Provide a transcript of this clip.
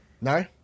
no